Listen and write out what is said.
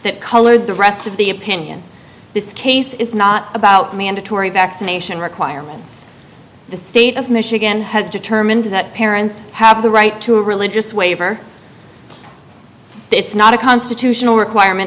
that colored the rest of the opinion this case is not about mandatory vaccination requirements the state of michigan has determined that parents have the right to a religious waiver it's not a constitutional requirement